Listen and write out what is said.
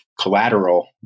collateral